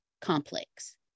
complex